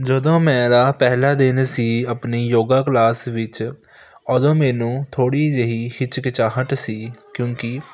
ਜਦੋਂ ਮੇਰਾ ਪਹਿਲਾ ਦਿਨ ਸੀ ਆਪਣੇ ਯੋਗਾ ਕਲਾਸ ਵਿੱਚ ਉਦੋਂ ਮੈਨੂੰ ਥੋੜ੍ਹੀ ਜਿਹੀ ਹਿਚਕਿਚਾਹਟ ਸੀ ਕਿਉਂਕਿ